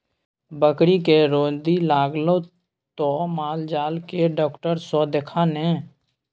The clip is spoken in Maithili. बकरीके रौदी लागलौ त माल जाल केर डाक्टर सँ देखा ने